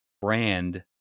brand